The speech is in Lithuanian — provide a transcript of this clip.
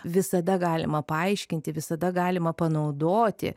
visada galima paaiškinti visada galima panaudoti